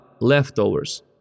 leftovers